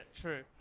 true